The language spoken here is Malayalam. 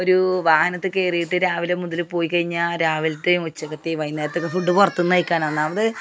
ഒരു വാഹനത്തിൽ കയറിയിട്ട് രാവിലെ മുതൽ പോയി കഴിഞ്ഞാൽ രാവിലത്തെയും ഉച്ചക്കത്തെയും വൈകുന്നേരത്തൊക്കെ ഫുഡ് പുറത്തു നിന്ന് കഴിക്കാനാണ് ഒന്നാമത്